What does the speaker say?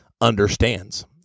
understands